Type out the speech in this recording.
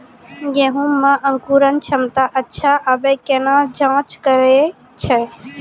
गेहूँ मे अंकुरन क्षमता अच्छा आबे केना जाँच करैय छै?